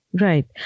right